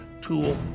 tool